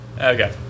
Okay